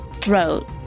throat